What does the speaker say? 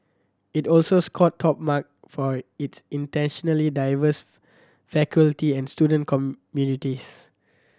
it also scored top mark for its internationally diverse faculty and student communities